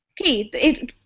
Okay